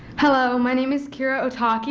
hello, my name is kiera ohtake,